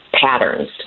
patterns